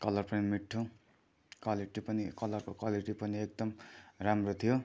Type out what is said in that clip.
colour पनि मिठो quality पनि कलरको क्वालिटी पनि एकदम राम्रो थियो